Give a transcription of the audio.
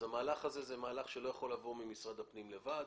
אז המהלך הזה הוא מהלך שלא יכול לבוא ממשרד הפנים לבד,